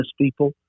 people